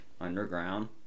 underground